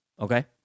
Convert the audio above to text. okay